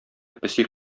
песи